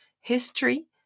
history